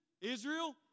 Israel